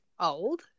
old